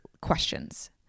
questions